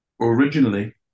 originally